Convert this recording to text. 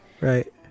Right